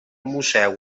museu